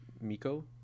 Miko